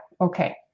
Okay